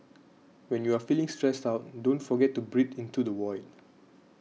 when you are feeling stressed out don't forget to breathe into the void